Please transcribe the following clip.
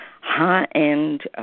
high-end